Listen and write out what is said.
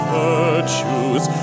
virtues